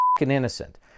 innocent